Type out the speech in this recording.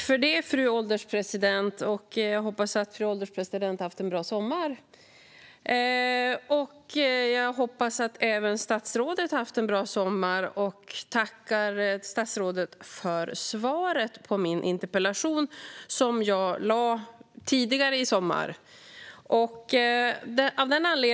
Fru ålderspresident! Jag hoppas att fru ålderspresidenten har haft en bra sommar och att även statsrådet har haft det. Jag tackar statsrådet för svaret på min interpellation, som jag skrev tidigare i somras.